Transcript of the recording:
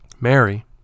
Mary